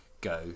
go